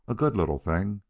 a good little thing,